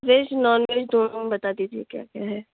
veg non veg دونوں میں بتا دیجیے کیا کیا ہے